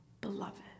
beloved